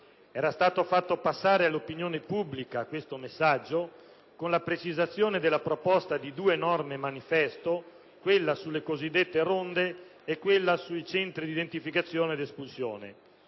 Era stato fatto passare presso l'opinione pubblica questo messaggio con la precisazione nella proposta di due norme manifesto sulle cosiddette ronde e sui centri di identificazione ed espulsione,